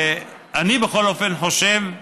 כך אני בכל אופן חושב,